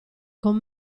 con